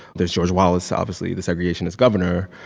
there's george wallace, obviously, the segregationist governor.